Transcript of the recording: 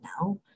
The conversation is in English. now